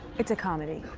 it's a comedy.